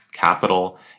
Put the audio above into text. Capital